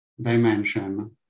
dimension